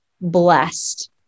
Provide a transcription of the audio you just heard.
blessed